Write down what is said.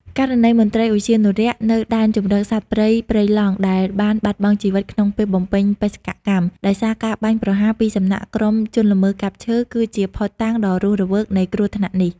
ករណីមន្ត្រីឧទ្យានុរក្សនៅ ដែនជម្រកសត្វព្រៃព្រៃឡង់ ដែលបានបាត់បង់ជីវិតក្នុងពេលបំពេញបេសកកម្ម ដោយសារការបាញ់ប្រហារពីសំណាក់ក្រុមជនល្មើសកាប់ឈើ គឺជាភស្តុតាងដ៏រស់រវើកនៃគ្រោះថ្នាក់នេះ។